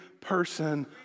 person